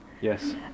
Yes